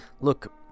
Look